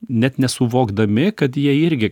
net nesuvokdami kad jie irgi